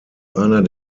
einer